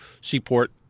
Seaport